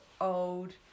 old